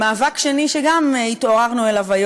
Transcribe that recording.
שר האוצר, שר האוצר לא פה,